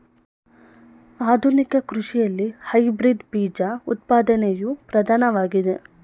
ಆಧುನಿಕ ಕೃಷಿಯಲ್ಲಿ ಹೈಬ್ರಿಡ್ ಬೀಜ ಉತ್ಪಾದನೆಯು ಪ್ರಧಾನವಾಗಿದೆ